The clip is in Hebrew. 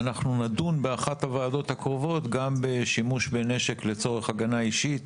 אנחנו נדון באחת הוועדות הקרובות גם בשימוש בנשק לצורך הגנה אישית